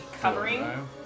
covering